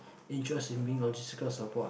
interest seeming logistics support